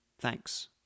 Thanks